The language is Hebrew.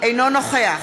אינו נוכח